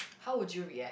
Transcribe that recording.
how would you react